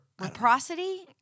reciprocity